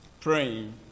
praying